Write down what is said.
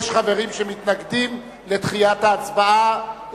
יש חברים שמתנגדים לדחיית ההצבעה.